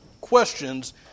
questions